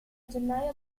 gennaio